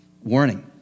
warning